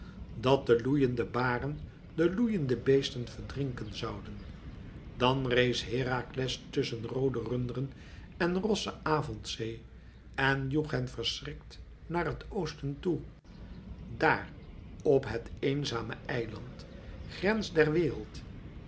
dat de loeiende baren de loeiende beesten verdrinken zouden dan rees herakles tusschen roode runderen en rosse avondzee en joeg hen verschrikt naar het oosten toe daar op het eenzame eiland grens der wereld